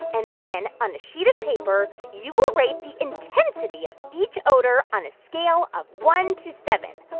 and then on a sheet of paper, you will rate the intensity of each odor on a scale of one to seven,